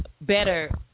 better